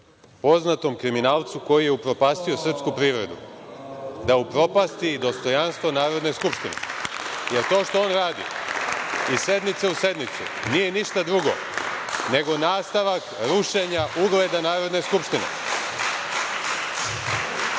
poznatom kriminalcu koji je upropastio srpsku privredu, da upropasti i dostojanstvo Narodne skupštine, jer to što on radi iz sednice u sednicu nije ništa drugo nego nastavak rušenja ugleda Narodne